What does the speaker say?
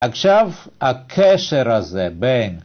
עכשיו, הקשר הזה, בין